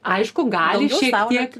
aišku gali šiek tiek